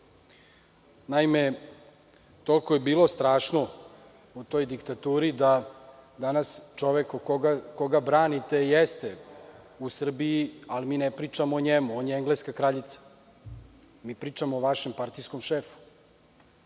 se. Naime, toliko je bilo strašno u toj diktaturi da danas čovek koga branite jeste u Srbiji, ali mi ne pričamo o njemu, on je engleska kraljica. Mi pričamo o vašem šefu.